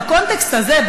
בקונטקסט הזה,